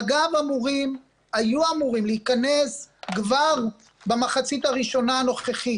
מג"ב היו אמורים להיכנס כבר במחצית הראשונה של השנה הנוכחית